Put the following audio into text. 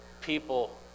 people